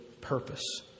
purpose